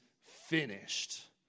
finished